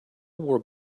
wore